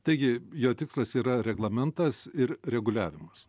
taigi jo tikslas yra reglamentas ir reguliavimas